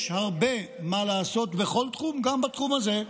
יש הרבה מה לעשות בכל תחום, גם בתחום הזה.